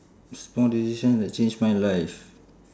small decision that changed my life